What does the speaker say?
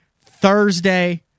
Thursday